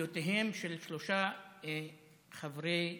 בקולותיהם של שלושה חברי סיעתי,